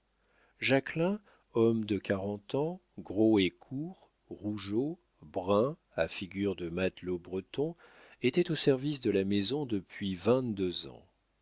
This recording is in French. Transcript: jacquelin homme de quarante ans gros et court rougeot brun à figure de matelot breton était au service de la maison depuis vingt-deux ans